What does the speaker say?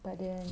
but then ya